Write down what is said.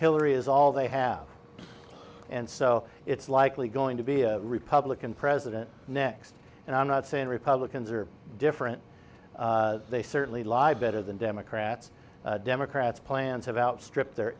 hillary is all they have and so it's likely going to be a republican president next and i'm not saying republicans are different they certainly lie better than democrats democrats plans have outstripped the